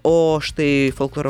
o štai folkloro